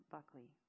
Buckley